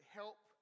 help